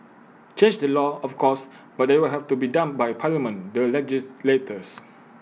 change the law of course but that will have to be done by parliament the legislators